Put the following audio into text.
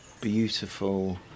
beautiful